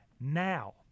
Now